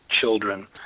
children